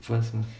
first mah